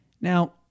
Now